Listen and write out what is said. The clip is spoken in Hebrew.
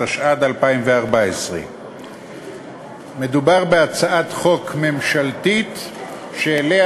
התשע"ד 2014. מדובר בהצעת חוק ממשלתית שאליה